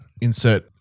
insert